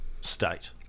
state